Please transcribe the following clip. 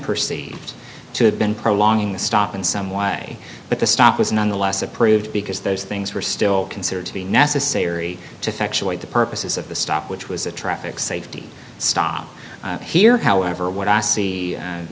perceived to have been prolonging the stop in some way but the stop was nonetheless approved because those things were still considered to be necessary to the purposes of the stop which was a traffic safety stop here however what i see